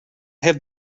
have